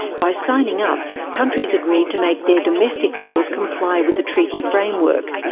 by signing up, countries agreed to make their domestic laws comply with the treaty framework.